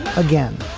again,